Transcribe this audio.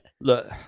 Look